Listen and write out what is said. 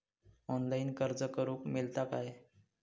Online अर्ज करूक मेलता काय?